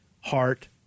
heart